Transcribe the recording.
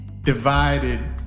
divided